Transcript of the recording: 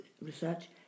research